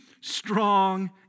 strong